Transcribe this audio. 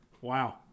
Wow